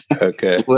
Okay